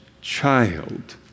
child